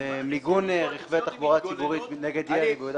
מיגון רכבי תחבורה ציבורית ביהודה